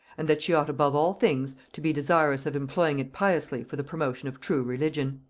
and that she ought above all things to be desirous of employing it piously for the promotion of true religion.